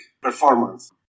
performance